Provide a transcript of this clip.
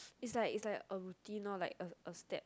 it's like it's like a routine lor like a a step